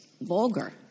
vulgar